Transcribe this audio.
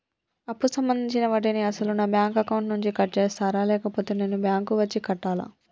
అప్పు సంబంధించిన వడ్డీని అసలు నా బ్యాంక్ అకౌంట్ నుంచి కట్ చేస్తారా లేకపోతే నేను బ్యాంకు వచ్చి కట్టాలా?